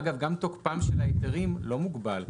אגב, גם תוקפם של ההיתרים לא מוגבל.